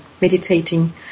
meditating